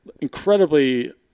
incredibly